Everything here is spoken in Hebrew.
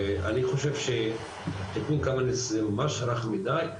אני חושב שתיקון קמיניץ זה ממש רך מידי,